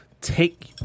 take